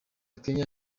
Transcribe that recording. kenya